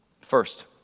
First